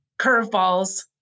curveballs